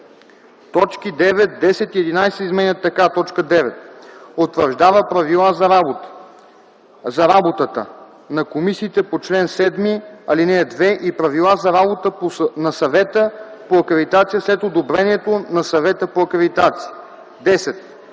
точки 9, 10 и 11 се изменят така: „9. утвърждава привила за работата на комисиите по чл. 7, ал. 2 и правила за работа на Съвета по акредитация след одобрението на Съвета по акредитация; 10.